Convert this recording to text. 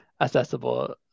accessible